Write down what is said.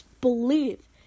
believe